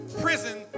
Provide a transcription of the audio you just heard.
prison